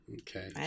Okay